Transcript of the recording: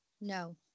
No